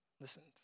listened